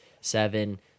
seven